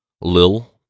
Lil